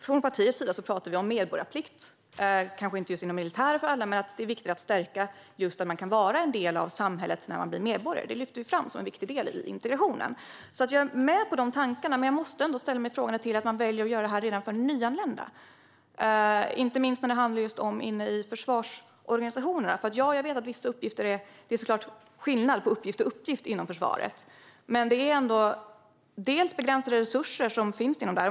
Från partiets sida talar vi om medborgarplikt, kanske inte just inom militären för alla, men idén att man kan vara en del av samhället när man blir medborgare lyfter vi fram som en viktig del i integrationen. Jag är alltså med på de tankarna, men jag måste ändå ställa frågan varför man väljer att göra det här redan för nyanlända, inte minst inne i försvarsorganisationerna. Det är såklart skillnad på uppgift och uppgift inom försvaret, men det är ändå begränsade resurser som finns.